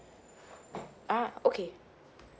ah okay